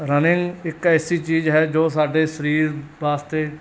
running ਇੱਕ ਐਸੀ ਚੀਜ਼ ਹੈ ਜੋ ਸਾਡੇ ਸਰੀਰ ਵਾਸਤੇ